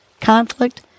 conflict